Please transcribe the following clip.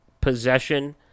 possession